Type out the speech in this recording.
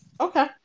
okay